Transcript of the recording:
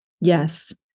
Yes